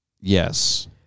Yes